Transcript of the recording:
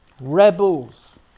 Rebels